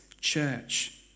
church